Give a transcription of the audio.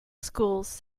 schools